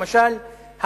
למשל,